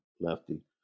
lefty